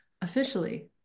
officially